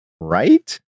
Right